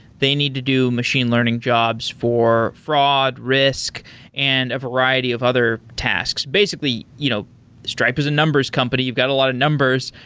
they need to do machine learning jobs for fraud, risk and a variety of other tasks. basically, you know stripe is a numbers company. you've got a lot of numbers.